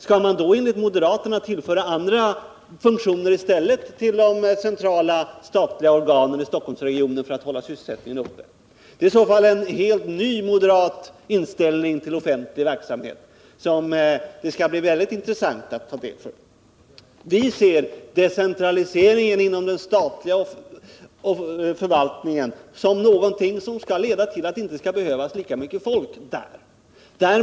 Skall man då enligt moderaterna tillföra de centrala statliga organen i Stockholmsregionen andra funktioner i stället för att hålla sysselsättningen uppe? Det är i så fall en helt ny moderat inställning till offentlig verksamhet som det skall bli mycket intressant att ta del av. Vi ser decentralisering inom den statliga förvaltningen som någonting som skall leda till att det inte behövs lika mycket folk där.